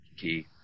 Key